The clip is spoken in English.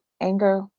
anger